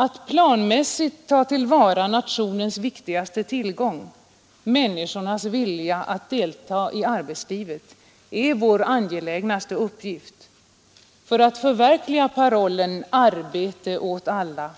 Att planmässigt ta till vara nationens viktigaste tillgång — människornas vilja att delta i arbetslivet — är vår angelägnaste uppgift. För att förverkliga parollen ”arbete åt alla”